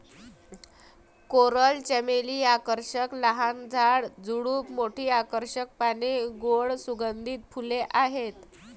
coral चमेली आकर्षक लहान झाड, झुडूप, मोठी आकर्षक पाने, गोड सुगंधित फुले आहेत